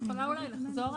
את יכולה לחזור?